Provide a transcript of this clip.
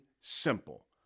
simple